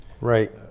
Right